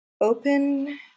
open